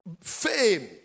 fame